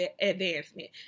advancement